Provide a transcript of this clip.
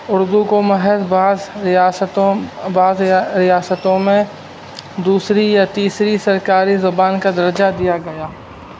اردو کو محر باز ریاستوں بعض ریاستوں میں دوسری یا تیسری سرکاری زبان کا درجہ دیا گیا